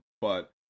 But-